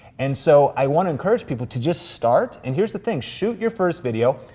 and so, i wanna encourage people to just start, and here's the thing, shoot your first video,